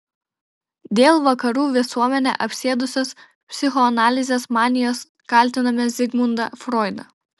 dėl vakarų visuomenę apsėdusios psichoanalizės manijos kaltiname zigmundą froidą